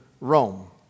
Rome